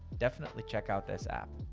definitely check out this app.